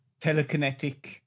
telekinetic